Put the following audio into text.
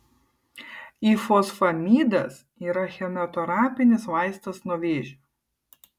ifosfamidas yra chemoterapinis vaistas nuo vėžio